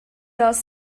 dels